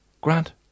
Grant